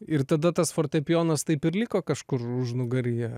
ir tada tas fortepijonas taip ir liko kažkur užnugaryje